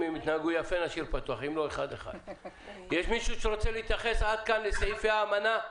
יש מישהו שרוצה להתייחס עד כאן לסעיפי האמנה?